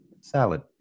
salad